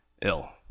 ill